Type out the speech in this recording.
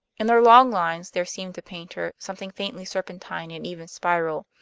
in their long lines there seemed to paynter something faintly serpentine and even spiral.